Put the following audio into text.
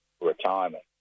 Retirement